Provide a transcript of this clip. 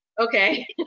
okay